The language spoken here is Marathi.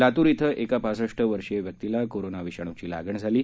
लातूर श्वं एका पासष्ट वर्षीय व्यक्तीला कोरोना विषाणूची लागण झाली आहे